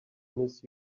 miss